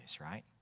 right